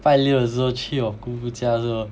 拜六的时候去我姑姑家的时候